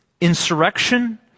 insurrection